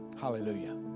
Hallelujah